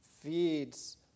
feeds